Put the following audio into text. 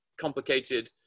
complicated